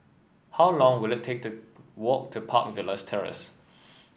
how long will it take to walk to Park Villas Terrace